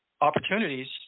Opportunities